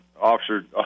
officer